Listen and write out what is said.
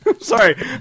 Sorry